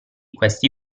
questi